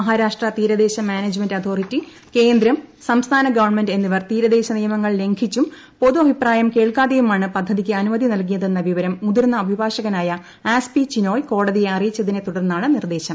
മഹാരാഷ്ട്ര തീരദേശ management authority കേന്ദ്രം സംസ്ഥാന ഗവൺമെന്റ് എന്നിവർ തീരദേശ നിയമങ്ങൾ ലംഘിച്ചും പൊതു അഭിപ്രായം കേൾക്കാതെയുമാണ് പദ്ധതിക്ക് അനുമതി നൽകിയതെന്ന വിവരം മുതിർന്ന അഭിഭാഷകനായ ആസ്പി ചിനോയ് കോടതിയെ അറിയിച്ചതിനെ തുടർന്നാണ് നിർദ്ദേശം